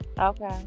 okay